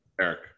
Eric